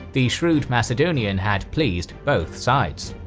the shrewd macedonian had pleased both sides.